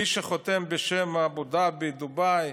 מי שחותם בשם אבו דאבי, דובאי,